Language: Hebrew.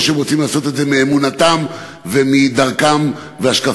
שהם רוצים לעשות את זה מאמונתם ומדרכם והשקפתם.